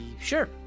Sure